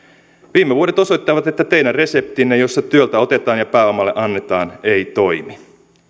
viime vuodet osoittavat että teidän reseptinne jossa työltä otetaan ja pääomalle annetaan ei toimi